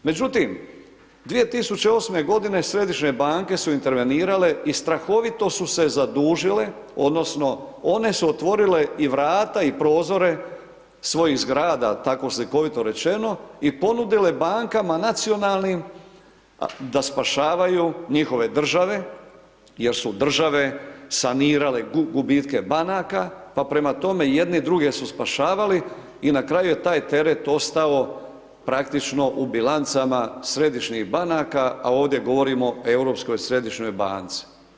Međutim, 2008.g. Središnje banke su intervenirale i strahovito su se zadužile odnosno one su otvorile i vrata i prozore svojih zgrada, tako slikovito rečeno, i ponudile bankama nacionalnim da spašavaju njihove države jer su države sanirale gubitke banaka, pa prema tome, jedne i druge su spašavali i na kraju je taj teret ostao praktično u bilancama Središnjih banaka, a ovdje govorimo o Europskoj središnjoj banci.